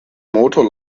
motor